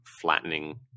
flattening